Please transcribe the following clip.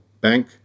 bank